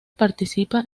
participa